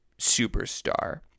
superstar